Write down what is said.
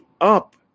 up